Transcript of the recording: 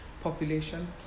population